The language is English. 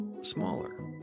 smaller